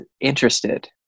interested